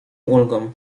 ulgą